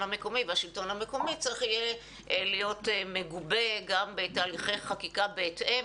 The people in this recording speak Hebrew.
המקומי לשלטון המרכזי צריך להיות מגובה גם בתהליכי חקיקה בהתאם,